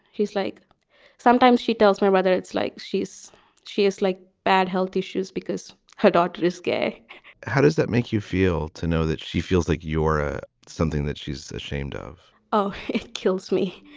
he's like sometimes she tells my mother it's like she's she is like bad health issues because her daughter is gay how does that make you feel to know that she feels like you're a something that she's ashamed of? oh, it kills me.